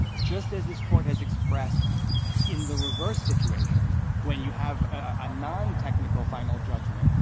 just as this court has expressed in the reverse situation, when you have a nontechnical final judgment,